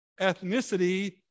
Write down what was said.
ethnicity